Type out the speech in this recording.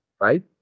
Right